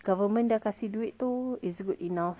government dah kasih duit tu is good enough